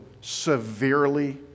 severely